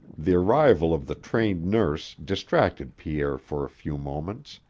the arrival of the trained nurse distracted pierre for a few moments.